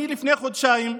לפני חודשיים,